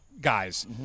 Guys